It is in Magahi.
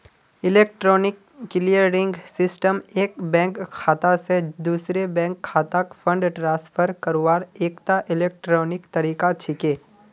इलेक्ट्रॉनिक क्लियरिंग सिस्टम एक बैंक खाता स दूसरे बैंक खातात फंड ट्रांसफर करवार एकता इलेक्ट्रॉनिक तरीका छिके